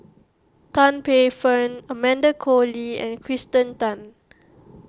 Tan Paey Fern Amanda Koe Lee and Kirsten Tan